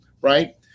Right